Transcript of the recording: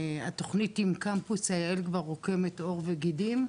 התוכנית עם קמפוס אריאל כבר רוקמת עור וגידים,